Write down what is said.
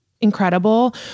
Incredible